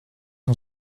een